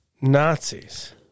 Nazis